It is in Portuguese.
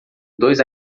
dois